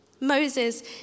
Moses